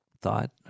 thought